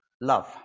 love